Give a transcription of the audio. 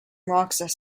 roxas